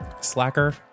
slacker